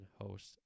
host